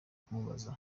kumubaza